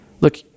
Look